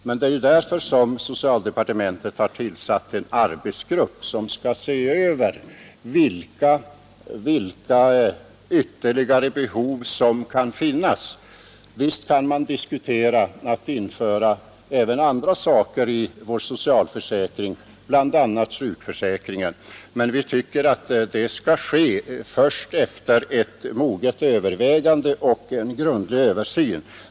Men det är därför som socialdepartementet har tillsatt en arbetsgrupp som skall se över vilka ytterligare behov som kan finnas. Naturligtvis kan man diskutera om man skall införa även andra saker i vår socialförsäkring, bl.a. i sjukförsäkringen. Men vi tycker att det skall ske först efter moget övervägande och grundlig översyn.